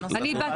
לפתוח.